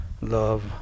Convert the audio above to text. love